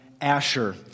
Asher